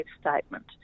statement